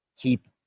keep